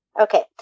Okay